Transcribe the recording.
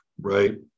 right